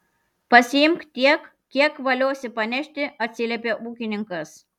pasiimk tiek kiek valiosi panešti atsiliepė ūkininkas